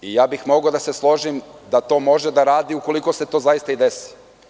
Mogao bih da se složim da to može da radi ukoliko se to zaista i desi.